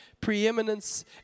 preeminence